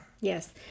Yes